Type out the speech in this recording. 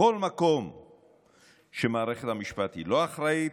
בכל מקום שמערכת המשפט היא לא עצמאית,